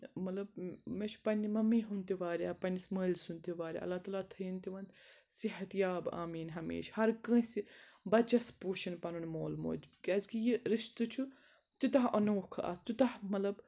مطلب مےٚ چھُ پَنٛنہِ ممی ہُنٛد تہِ وارِیاہ پَنٛنِس مٲلۍ سُنٛد تہِ وارِیاہ اللہ تعالیٰ تھٲیِن تِمن صحت یاب آمیٖن ہمیشہِ ہر کٲنٛسہِ بَچَس پوٗشِن پنُن مول موج کیٛازکہِ یہِ رِشتہٕ چھُ تیوٗتاہ اونوُکھ آسہِ تیوٗتاہ مطلب